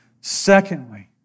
Secondly